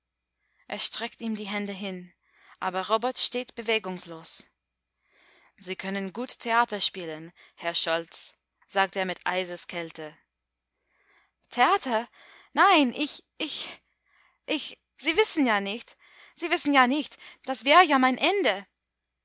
er streckt ihm die hände hin aber robert steht bewegungslos sie können gut theater spielen herr scholz sagt er mit eiseskälte theater nein ich ich ich sie wissen ja nicht sie wissen ja nicht das wär ja mein ende